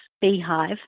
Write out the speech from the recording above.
Beehive